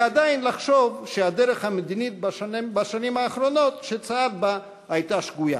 ועדיין לחשוב שהדרך המדינית שהוא צעד בה בשנותיו האחרונות הייתה שגויה.